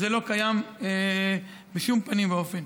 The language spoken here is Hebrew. זה לא קיים בשום פנים ואופן.